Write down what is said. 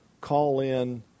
call-in